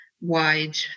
wide